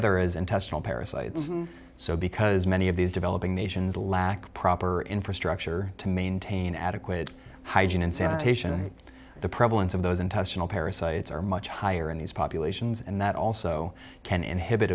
other is intestinal parasites so because many of these developing nations lack proper infrastructure to maintain adequate hygiene and sanitation the prevalence of those intestinal parasites are much higher in these populations and that also can inhibit